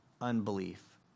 unbelief